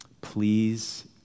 Please